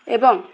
ଏବଂ